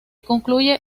concluye